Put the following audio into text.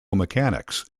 mechanics